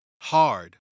Hard